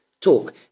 Talk